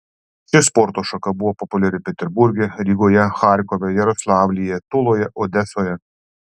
ši sporto šaka buvo populiari peterburge rygoje charkove jaroslavlyje tuloje odesoje